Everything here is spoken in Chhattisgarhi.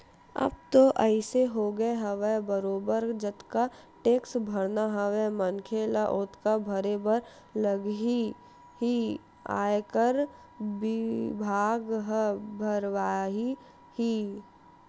अब तो अइसे होगे हवय बरोबर जतका टेक्स भरना हवय मनखे ल ओतका भरे बर लगही ही आयकर बिभाग ह भरवाही ही